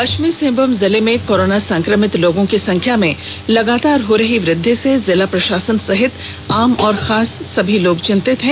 पश्चिमी सिंहभूम जिले में कोरोना संक्रमित लोगों की संख्या में लगातार हो रही वृद्धि से जिला प्रशासन सहित आम और खास सभी लोग चिंतित हैं